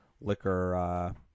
liquor